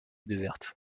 déserte